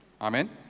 Amen